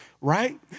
right